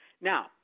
Now